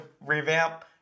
revamp